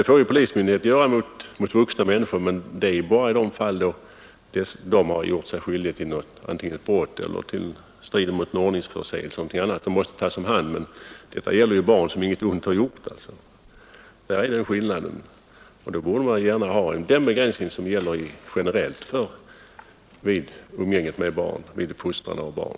Polismyndigheten får ju tillgripa våld mot vuxna människor, men det är bara i de fall då dessa har gjort sig skyldiga till brott eller till en ordningsförseelse eller något annat och måste tas om hand. Men här gäller det barn som inget ont har gjort. Däri ligger skillnaden. Då borde man iaktta den begränsning i fråga om våld som gäller generellt vid fostran av barn.